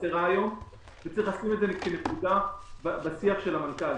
צריך לשים את זה כנקודה בשיח של המנכ"לים.